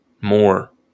More